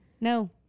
No